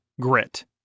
Grit